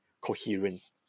coherence